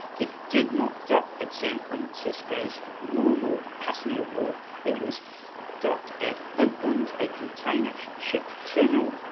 it did not dock at san francisco's normal passenger werf, it was docked at oakland, a container ship terminal,